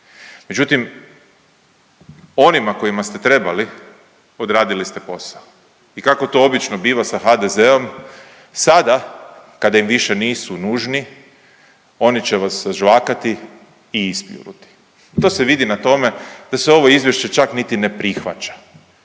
međutim, onima kojima ste trebali, odradili ste posao i kako to obično biva sa HDZ-om, sada kada im više nisu nužni, oni će vas sažvakati i ispljunuti. To se vidi na tome da se ovo izvješće čak niti ne prihvaća